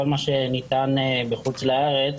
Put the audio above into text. כל מה שניתן בחוץ לארץ,